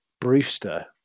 Brewster